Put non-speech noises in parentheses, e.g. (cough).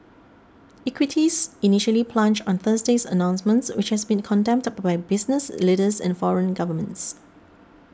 equities initially plunged on Thursday's announcement which has been condemned (unintelligible) by business leaders and foreign governments